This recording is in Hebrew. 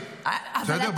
אנחנו לא יודעים, בסדר?